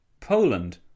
Poland